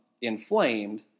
inflamed